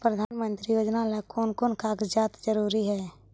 प्रधानमंत्री योजना ला कोन कोन कागजात जरूरी है?